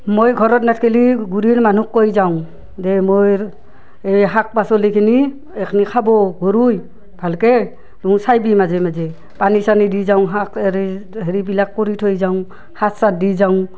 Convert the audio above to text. মই ঘৰত নাথকিলে গুৰিৰ মানুহক কৈ যাওঁ দে মোৰ এই শাক পাচলিখিনি এখানি খাব গৰুই ভালকৈ তুহুন চাবি মাজে মাজে পানী চানী দি যাওঁ শাক আৰু হেৰিবিলাক কৰি থৈ যাওঁ সাৰ চাৰ দি যাওঁ